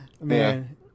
Man